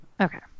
Okay